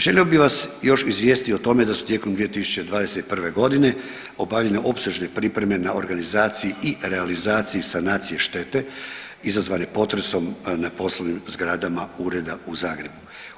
Želio bih vas još izvijestiti o tome da su tijekom 2021.g. obavljene opsežne pripreme na organizaciji i realizaciji sanacije štete izazvane potresom na poslovnim zgradama ureda u Zagrebu.